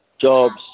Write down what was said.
jobs